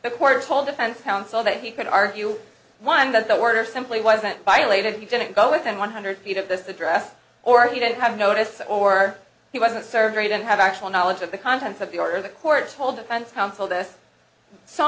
the court told defense counsel that he could argue one that the order simply wasn't violated if you didn't go within one hundred feet of this address or he didn't have notice or he wasn't served very didn't have actual knowledge of the contents of the order the court's whole defense counsel th